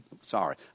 Sorry